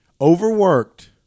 Overworked